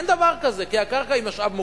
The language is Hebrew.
אין דבר כזה, כי הקרקע היא משאב מוגבל,